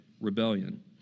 rebellion